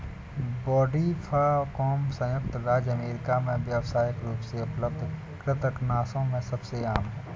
brodifacoum संयुक्त राज्य America में व्यावसायिक रूप से उपलब्ध कृंतकनाशकों में सबसे आम है